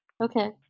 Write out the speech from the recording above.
Okay